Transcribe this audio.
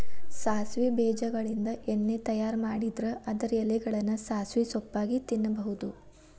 ಸಾಸವಿ ಬೇಜಗಳಿಂದ ಎಣ್ಣೆ ತಯಾರ್ ಮಾಡಿದ್ರ ಅದರ ಎಲೆಗಳನ್ನ ಸಾಸಿವೆ ಸೊಪ್ಪಾಗಿ ತಿನ್ನಬಹುದು